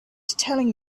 telling